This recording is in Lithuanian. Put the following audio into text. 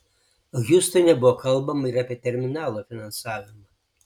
hjustone buvo kalbama ir apie terminalo finansavimą